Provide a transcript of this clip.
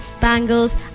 bangles